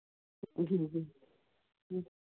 जी जी